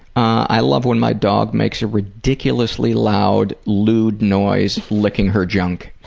i love when my dog makes a ridiculously loud, lewd noise licking her junk.